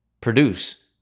produce